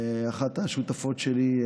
אחת השותפות שלי,